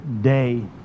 day